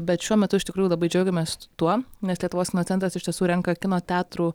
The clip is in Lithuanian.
bet šiuo metu iš tikrųjų labai džiaugiamės tuo nes lietuvos kino centras iš tiesų renka kino teatrų